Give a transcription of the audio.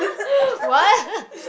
what